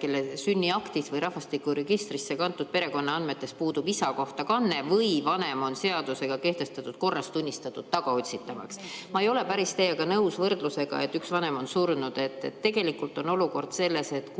kelle sünniaktis või rahvastikuregistrisse kantud perekonnaandmetes puudub isa kohta kanne või vanem on seadusega kehtestatud korras tunnistatud tagaotsitavaks. Ma ei ole päris nõus teie võrdlusega, et üks vanem on surnud. Tegelikult on olukord selles, et